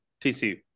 TCU